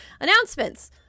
announcements